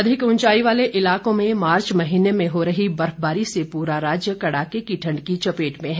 मौसम प्रदेश के अधिक उंचाई वाले इलाकों में मार्च महीने में हो रही बर्फबारी से पूरा राज्य कड़ाके की ठंड की चपेट में है